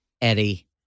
Eddie